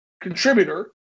contributor